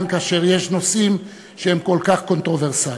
כאשר יש נושאים שהם כל כך קונטרוברסליים,